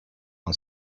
are